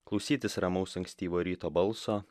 klausytis ramaus ankstyvo ryto balso